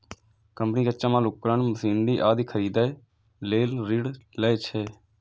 company कच्चा माल, उपकरण, मशीनरी आदि खरीदै लेल ऋण लै छै